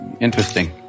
interesting